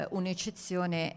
un'eccezione